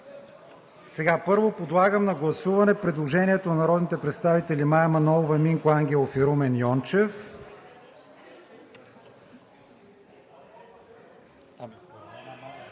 Първо подлагам на гласуване предложението на народните представители Мая Манолова, Минко Ангелов и Румен Йончев.